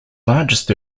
largest